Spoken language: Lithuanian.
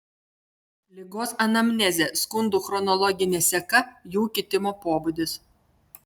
ligos anamnezė skundų chronologinė seka jų kitimo pobūdis